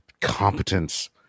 competence